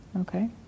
okay